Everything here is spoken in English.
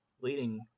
leading